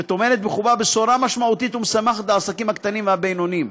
שטומנת בחובה בשורה משמעותית ומשמחת לעסקים הקטנים והבינוניים,